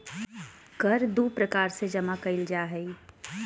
कर दू प्रकार से जमा कइल जा हइ